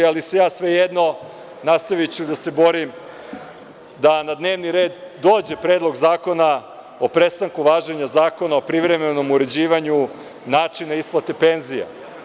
Ali, svejedno, nastaviću da se borim da na dnevni red dođe Predlog zakona o prestanku važenja Zakona o privremenom uređivanju načina isplate penzija.